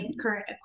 current